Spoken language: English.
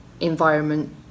environment